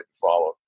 follow